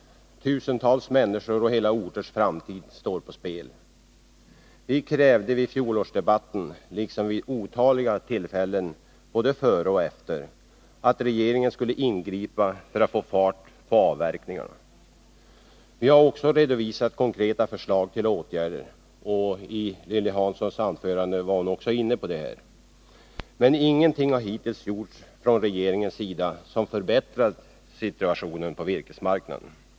Tusentals människors och hela orters framtid står på spel. Vi krävde vid fjolårsdebatten — liksom vid otaliga tillfällen både före och efter den — att regeringen skulle ingripa för att få fart på avverkningarna. Vi har också redovisat konkreta förslag till åtgärder, vilket Lilly Hansson var inne på i sitt anförande. Men ingenting har hittills gjorts från regeringens sida som förbättrat situationen på virkesmarknaden.